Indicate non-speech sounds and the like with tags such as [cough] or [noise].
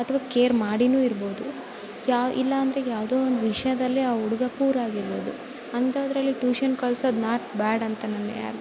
ಅಥ್ವಾ ಕೇರ್ ಮಾಡಿಯೂ ಇರಬೌದು ಯಾ ಇಲ್ಲ ಅಂದರೆ ಯಾವುದೋ ಒಂದು ವಿಷಯದಲ್ಲಿ ಆ ಹುಡ್ಗ ಪೂರ್ ಆಗಿರಬೌದು ಅಂಥದ್ರಲ್ಲಿ ಟ್ಯೂಷನ್ ಕಳ್ಸೋದು ನಾಟ್ ಬ್ಯಾಡ್ ಅಂತ ನಾನು [unintelligible]